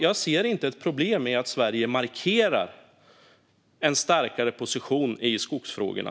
Jag ser inte ett problem med att Sverige markerar en starkare position mot EU i skogsfrågorna.